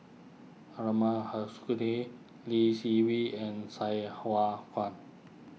Lee Seng Wee and Sai Hua Kuan